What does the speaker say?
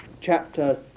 chapter